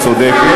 את צודקת,